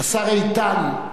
השר איתן.